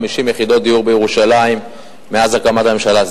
יחידות דיור בירושלים מאז הקמת הממשלה,